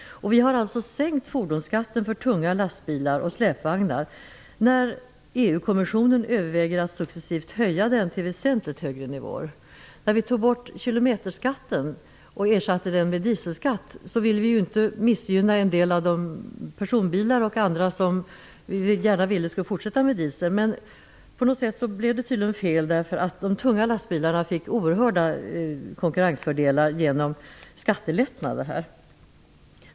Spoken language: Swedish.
I Sverige har vi sänkt fordonsskatten för tunga lastbilar och släpvagnar, medan EU-kommissionen överväger att successivt höja den till väsentligt högre nivåer. När vi slopade kilometerskatten och ersatte den med dieselskatt ville vi inte att den del personbilar och andra fordon som drivs med diesel skulle missgynnas. Vi ville ju att de skulle fortsätta med diesel. Men på något vis blev det ändå fel. De tunga lastbilarna fick nämligen oerhörda konkurrensfördelar genom skattelättnader.